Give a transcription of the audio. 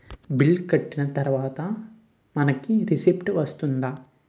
Bill కట్టిన తర్వాత మనకి రిసీప్ట్ వస్తుందా?